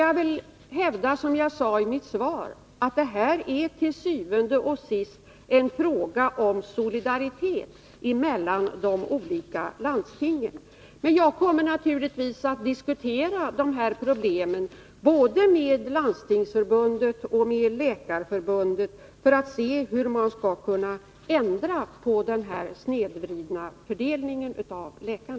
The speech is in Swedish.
Jag vill hävda, som jag sade i mitt svar, att detta til syvende og sidst är en fråga om solidaritet mellan de olika landstingen. Jag kommer naturligtvis att diskutera de här problemen både med Landstingsförbundet och med Nr 22 Läkarförbundet för att undersöka hur man skall kunna ändra denna sneda Tisdagen den